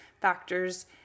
factors